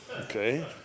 Okay